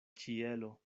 ĉielo